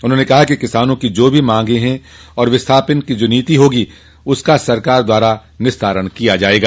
उन्होंने कहा कि किसानों की जो भी मांगे और विस्थापन की नीति होगी उसका सरकार द्वारा निस्तारण किया जायेगा